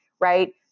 right